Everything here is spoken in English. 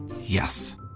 yes